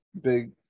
big